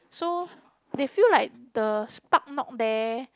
so they feel like the spark not there